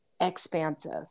expansive